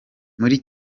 muri